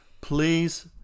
please